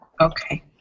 Okay